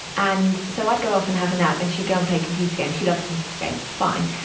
and, so i'd go off and have a nap. and she'd go play computer games, she loves computer games fine.